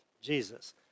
Jesus